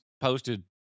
posted